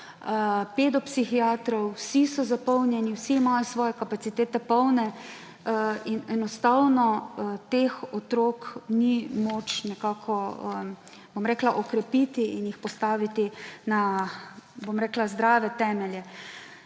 pedopsihiatrov, vsi so zapolnjeni, vsi imajo svoje kapacitete polne. Enostavno teh otrok ni moč nekako okrepiti in jih postaviti na, bom rekla, zdrave temelje.